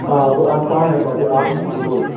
آ بہٕ اَنہٕ پانَے پَتہٕ یہِ آٹوٗہَس منٛز اوٗرۍ